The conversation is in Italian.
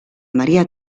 maria